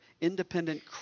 independent